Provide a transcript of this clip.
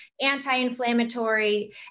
Anti-inflammatory